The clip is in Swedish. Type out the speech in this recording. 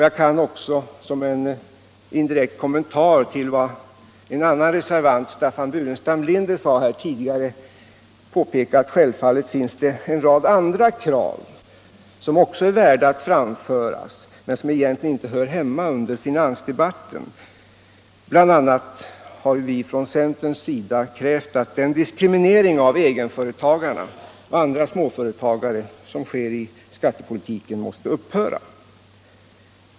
Jag kan också som en indirekt kommentar till vad en annan reservant, Staffan Burenstam Linder, sade tidigare i dag att det självfallet finns en rad andra krav som också är värda att framföras men som egentligen inte hör hemma i finansdebatten. BI. a. har vi från centerns sida krävt att den diskriminering av egenföretagarna och andra småföretagare som sker i skattepolitiken måste upphöra.